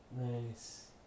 Nice